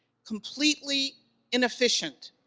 completely inefficient,